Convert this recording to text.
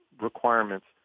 requirements